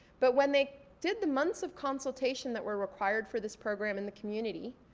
but when they did the months of consultation that were required for this program in the community,